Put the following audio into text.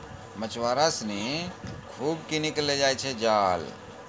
मछुआरा सिनि खूब किनी कॅ लै जाय छै जाल